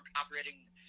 operating